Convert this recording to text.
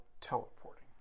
teleporting